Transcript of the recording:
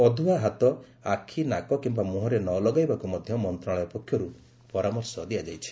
ଅଧୁଆ ହାତ ଆଖି ନାକ କିମ୍ବା ମୁହଁରେ ନ ଲଗାଇବାକୁ ମଧ୍ୟ ମନ୍ତ୍ରଣାଳୟ ପକ୍ଷରୁ ପରାମର୍ଶ ଦିଆଯାଇଛି